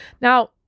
Now